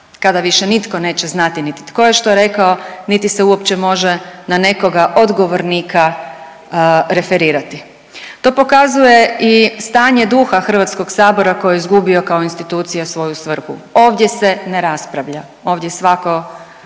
kada nitko više neće znati niti tko je što rekao, niti se uopće može na nekoga od govornika referirati. To pokazuje i stanje duha Hrvatskog sabora koji je izgubio kao institucija svoju svrhu. Ovdje se ne raspravlja. Ovdje svatko